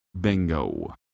Bingo